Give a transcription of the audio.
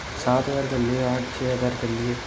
سات ہزار کر لئے آٹھ چھ ہزار کر لئے